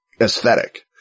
aesthetic